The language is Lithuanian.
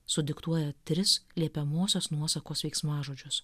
sudiktuoja tris liepiamosios nuosakos veiksmažodžius